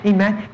Amen